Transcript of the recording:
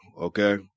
okay